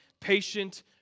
Patient